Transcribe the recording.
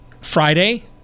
friday